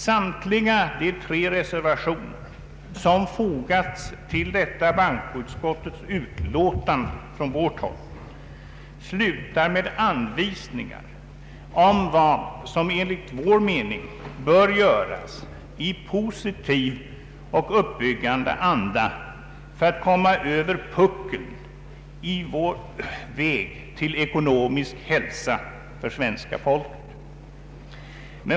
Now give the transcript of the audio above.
Samtliga de tre reservationer som från vårt håll fogats till detta bankoutskottets utlåtande slutar med anvisningar om vad som enligt vår mening bör göras i positiv och uppbyggande anda för att komma över puckeln i vår väg till ekonomisk hälsa för svenska folket.